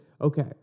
okay